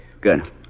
Good